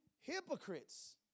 hypocrites